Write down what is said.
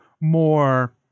more